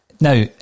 Now